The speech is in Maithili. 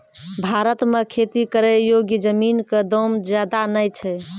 भारत मॅ खेती करै योग्य जमीन कॅ दाम ज्यादा नय छै